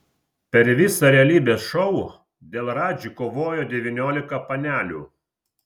per visą realybės šou dėl radži kovojo devyniolika panelių